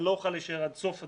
אני לא אוכל להישאר עד סוף הדיון,